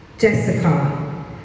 Jessica